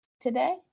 Today